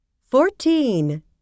Fourteen